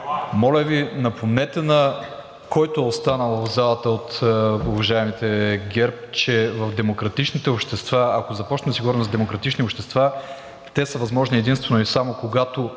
Моля Ви, напомнете на който е останал в залата от уважаемите ГЕРБ, че в демократичните общества, ако започнем да си говорим за демократични общества, те са възможни единствено и само когато